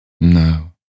No